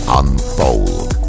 unfold